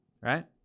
right